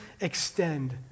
extend